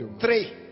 Three